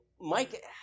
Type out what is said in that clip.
Mike